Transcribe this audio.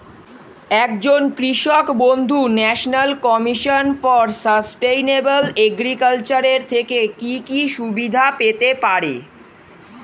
একজন কৃষক বন্ধু national commission for sustainable agriculture এর থেকে কি কি সুবিধা পেতে পারে?